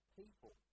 people